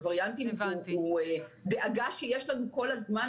הווריאנטים הם דאגה שיש לנו כל הזמן,